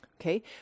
Okay